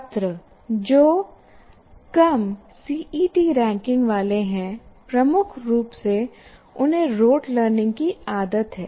छात्र जो कम सीईटी रैंकिंग वाले है प्रमुख रूप से उन्हें रोट लर्निंग की आदत है